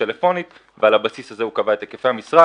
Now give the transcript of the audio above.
טלפונית ועל בסיס זה קבע את היקפי המשרה.